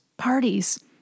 parties